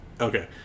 Okay